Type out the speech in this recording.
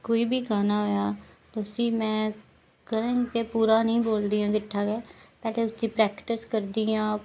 कोई बी गाना होएया उसी मैं कदें गै पूरा नी बोलदी आं किट्ठा गै पैह्ले उसी प्रैक्टिस करदी आं